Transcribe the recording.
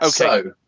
Okay